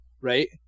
right